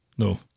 No